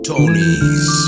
Tony's